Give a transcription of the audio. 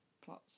plots